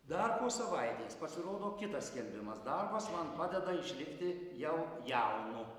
dar po savaitės pasirodo kitas skelbimas darbas man padeda išlikti jau jaunu